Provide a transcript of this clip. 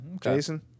Jason